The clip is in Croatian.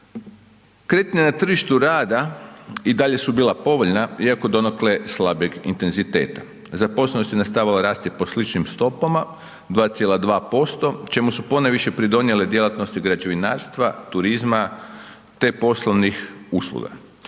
Kretanja na tržištu rada i dalje su bila povoljna iako donekle slabijeg intenziteta. Zaposlenost je nastavila rasti po sličnim stopama 2,2% čemu su ponajviše pridonijele djelatnosti građevinarstva, turizma te poslovnih usluga.